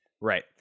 right